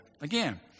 Again